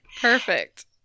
Perfect